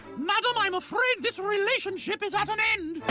madam, i'm afraid this relationship is at an end.